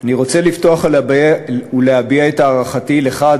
אני רוצה לפתוח ולהביע את הערכתי אליך,